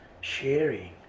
Sharing